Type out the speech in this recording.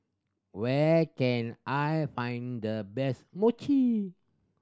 where can I find the best Mochi